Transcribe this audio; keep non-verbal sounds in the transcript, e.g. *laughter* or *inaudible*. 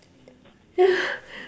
*laughs*